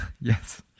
Yes